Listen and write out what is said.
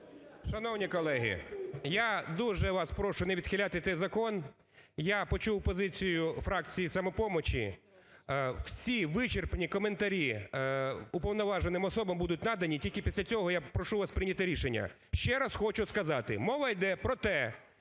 Шановні колеги, я дуже вас прошу не відхиляти цей закон. Я почув позицію фракції "Самопомочі". Всі вичерпні коментарі уповноваженим особам будуть надані, тільки після цього я прошу вас прийняти рішення. Ще раз хочу сказати, мова йде про те,